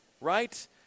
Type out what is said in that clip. Right